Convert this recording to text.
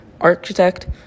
architect